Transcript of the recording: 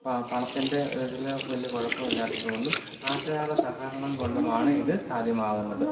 പണത്തിൻ്റെ ഇതിൽ വലിയ കുഴപ്പമില്ലാത്തതു കൊണ്ടും നാട്ടുകാരുടെ സഹകരണം കൊണ്ടുമാണ് ഇത് സാധ്യമാകുന്നത്